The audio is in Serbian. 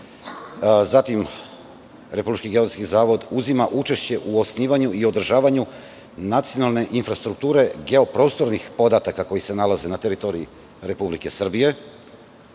društva. Republički geodetski zavod uzima učešće u osnivanju i održavanju nacionalne infrastrukture geoprostornih podataka koji se nalaze na teritoriji Republike Srbije,